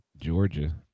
Georgia